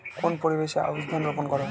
কোন পরিবেশে আউশ ধান রোপন করা হয়?